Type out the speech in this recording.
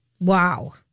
Wow